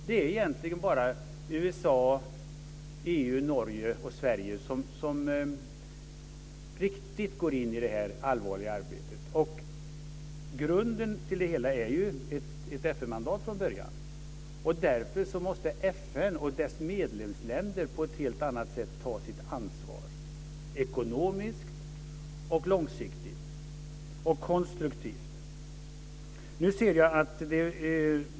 Det är egentligen bara USA, EU, Norge och Sverige som riktigt går in i detta allvarliga arbete. Grunden till det hela är från början ett FN-mandat. Därför måste FN och dess medlemsländer på ett helt annat sätt ta sitt ansvar - ekonomiskt, långsiktigt och konstruktivt.